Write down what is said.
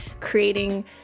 creating